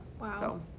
Wow